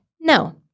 No